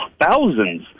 thousands